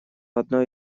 одной